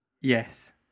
Yes